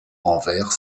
envers